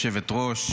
התפטר.